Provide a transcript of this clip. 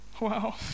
Wow